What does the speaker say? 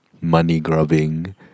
money-grubbing